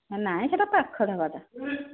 ନାଇଁ ସେଇଟା ପାଖ ଢାବାଟା